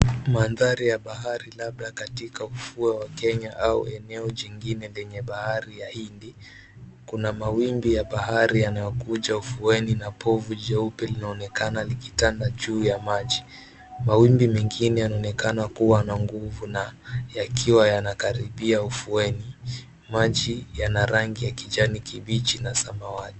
Mandhari ya bahari labda katika ufuo wa Kenya au eneo jingine lenye bahari ya Hindi. Kuna mawimbi ya bahari yanayokuja ufueni na povu jeupe linaonekana likitanda juu ya maji. Mawimbi mengine yanaonekana kuwa na nguvu na yakiwa yanakaribia ufueni. Maji yana rangi ya kijani kibichi na samawati.